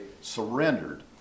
surrendered